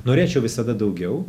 norėčiau visada daugiau